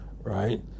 right